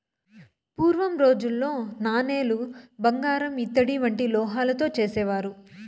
పూర్వం రోజుల్లో నాణేలు బంగారు ఇత్తడి వంటి లోహాలతో చేసేవారు